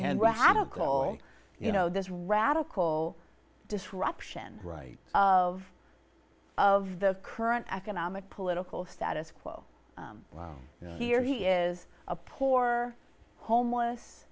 radical you know this radical disruption right of of the current economic political status quo and here he is a poor homeless